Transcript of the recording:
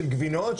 של גבינות,